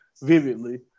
vividly